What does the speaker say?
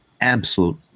absolute